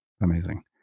amazing